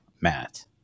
Matt